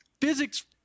physics